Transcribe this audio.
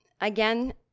again